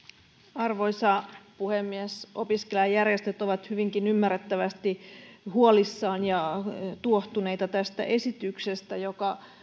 arvoisa puhemies opiskelijajärjestöt ovat hyvinkin ymmärrettävästi huolissaan ja tuohtuneita tästä esityksestä joka